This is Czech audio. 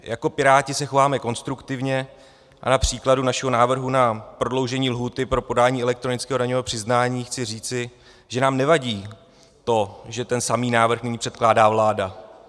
Jako Piráti se chováme konstruktivně a na příkladu našeho návrhu na prodloužení lhůty pro podání elektronického daňového přiznání chci říci, že nám nevadí to, že ten samý návrh nyní předkládá vláda.